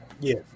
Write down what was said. Yes